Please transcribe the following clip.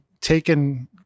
taken